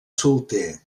solter